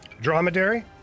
Dromedary